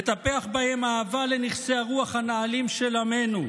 לטפח בהם אהבה לנכסי הרוח הנעלים של עמנו,